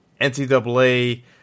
NCAA